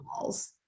walls